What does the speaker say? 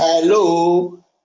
Hello